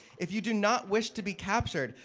if you do not wish to be captured,